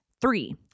Three